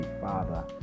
father